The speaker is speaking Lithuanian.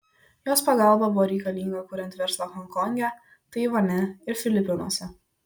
jos pagalba buvo reikalinga kuriant verslą honkonge taivane ir filipinuose